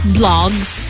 blogs